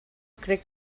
crec